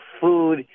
food